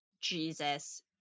Jesus